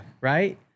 Right